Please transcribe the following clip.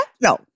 No